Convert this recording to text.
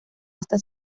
hasta